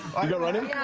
i go running.